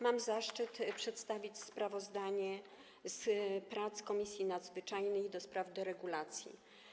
Mam zaszczyt przedstawić sprawozdanie z prac Komisji Nadzwyczajnej do spraw deregulacji.